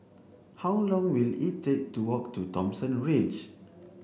how long will it take to walk to Thomson Ridge